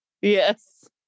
Yes